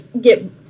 get